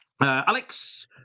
Alex